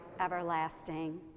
everlasting